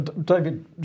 David